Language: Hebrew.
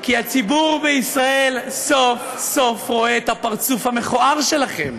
כי הציבור בישראל סוף סוף רואה את הפרצוף המכוער שלכם,